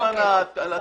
תחבורה בין-עירונית.